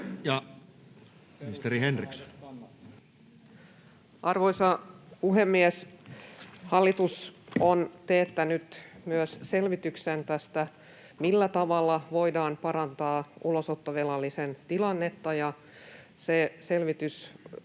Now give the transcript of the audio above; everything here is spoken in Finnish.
Content: Arvoisa puhemies! Hallitus on teettänyt myös selvityksen tästä, millä tavalla voidaan parantaa ulosottovelallisen tilannetta,